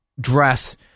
dress